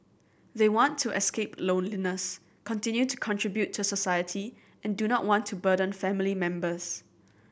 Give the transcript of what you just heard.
they want to escape loneliness continue to contribute to society and do not want to burden family members